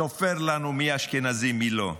סופר לנו מי אשכנזים ומי לא.